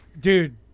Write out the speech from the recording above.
dude